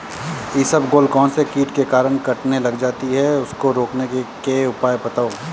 इसबगोल कौनसे कीट के कारण कटने लग जाती है उसको रोकने के उपाय बताओ?